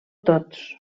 tots